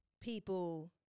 people